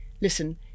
listen